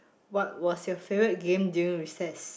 what was your favourite game during recess